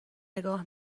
نگاه